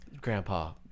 Grandpa